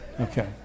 okay